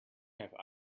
have